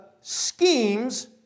schemes